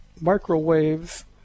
microwaves